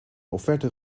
offerte